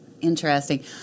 Interesting